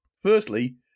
Firstly